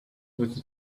with